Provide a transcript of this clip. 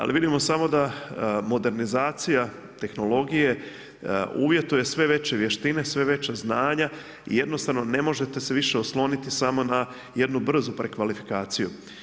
Ali vidimo samo da modernizacija tehnologije uvjetuje sve veće vještine, sve veća znanja i jednostavno ne možete se više osloniti samo na jednu brzu prekvalifikaciju.